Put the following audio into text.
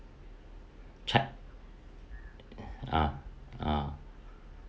chart ah ah